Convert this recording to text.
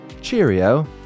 cheerio